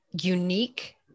unique